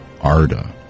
Arda